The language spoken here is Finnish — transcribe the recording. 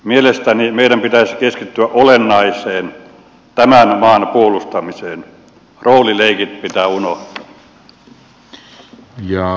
mielestäni meidän pitäisi keskittyä olennaiseen tämän maan puolustamiseen roolileikit pitää unohtaa